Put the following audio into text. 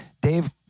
Dave